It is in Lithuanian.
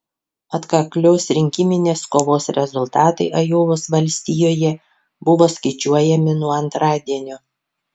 atkaklios rinkiminės kovos rezultatai ajovos valstijoje buvo skaičiuojami nuo antradienio